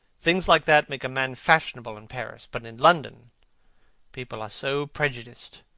things like that make a man fashionable in paris. but in london people are so prejudiced.